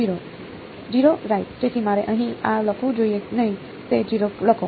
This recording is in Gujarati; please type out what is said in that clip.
0 રાઇટ તેથી મારે અહીં આ લખવું જોઈએ નહીં તે 0 લખો